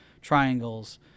triangles